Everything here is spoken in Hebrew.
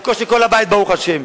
חלקו של כל הבית ברוך השם.